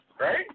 right